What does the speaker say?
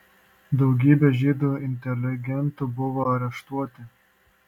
daugybė žydų inteligentų buvo areštuoti